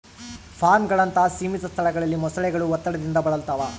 ಫಾರ್ಮ್ಗಳಂತಹ ಸೀಮಿತ ಸ್ಥಳಗಳಲ್ಲಿ ಮೊಸಳೆಗಳು ಒತ್ತಡದಿಂದ ಬಳಲ್ತವ